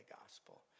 gospel